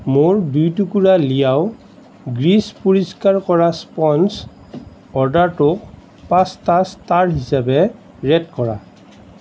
মোৰ দুই টুকুৰা লিআও গ্ৰীজ পৰিস্কাৰ কৰা স্পঞ্জ অ'ৰ্ডাৰটোক পাঁচটা ষ্টাৰ হিচাপে ৰেট কৰা